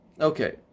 Okay